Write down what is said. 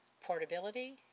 portability